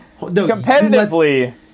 competitively